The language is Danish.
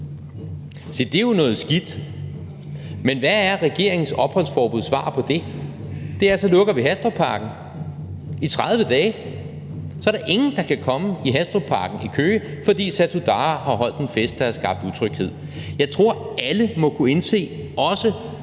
Se, det er jo noget skidt. Men hvad er regeringens opholdsforbuds svar på det? Det er, at så lukker vi Hastrupparken i 30 dage. Så er der ingen, der kan komme i Hastrupparken i Køge, fordi Satudarah har holdt en fest, der har skabt utryghed. Jeg tror, alle må kunne indse, også